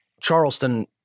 Charleston